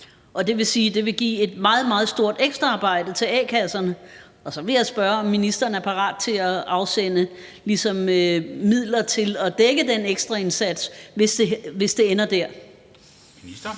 det vil give et meget, meget stort ekstraarbejde til a-kasserne, og så vil jeg spørge, om ministeren er parat til at afsende midler til at dække den ekstra indsats, hvis det ender der.